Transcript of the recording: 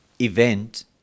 event